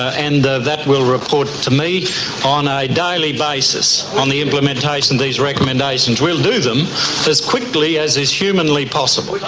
and that will report to me on a daily basis on the implementation of these recommendations. we'll do them as quickly as is humanly possible. yeah